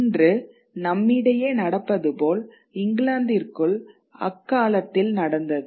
இன்று நம்மிடையே நடப்பது போல் இங்கிலாந்திற்குள் அக்காலத்தில் நடந்தது